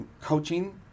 coaching